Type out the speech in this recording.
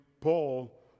Paul